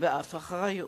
ואף אחריות.